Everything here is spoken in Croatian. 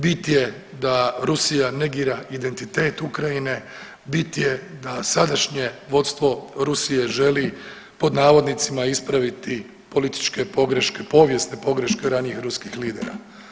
Bit je da Rusija negira identitet Ukrajine, bit je da sadašnje vodstvo Rusije želi pod navodnicima ispraviti političke pogreške, povijesne pogreške ranijih ruskih lidera.